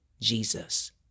Jesus